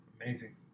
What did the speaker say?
Amazing